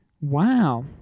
Wow